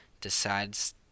decides